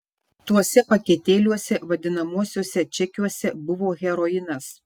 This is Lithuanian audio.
tuose paketėliuose vadinamuosiuose čekiuose buvo heroinas